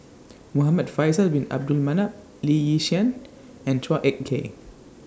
Muhamad Faisal Bin Abdul Manap Lee Yi Shyan and Chua Ek Kay